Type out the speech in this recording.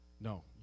no